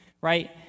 right